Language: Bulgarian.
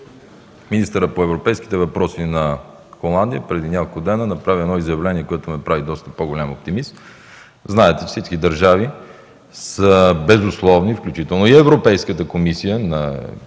Министърът по европейските въпроси на Холандия преди няколко дни направи едно изявление, което ме прави доста по-голям оптимист. Знаете, че всички държави са безусловни, включително и Европейската комисия. На